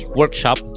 workshop